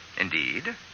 Indeed